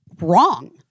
wrong